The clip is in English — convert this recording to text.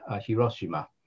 Hiroshima